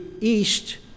east